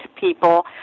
people